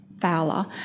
Fowler